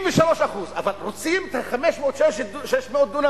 93%, אבל רוצים את ה-500 600 דונם